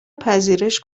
پذیرش